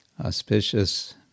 auspicious